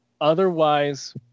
otherwise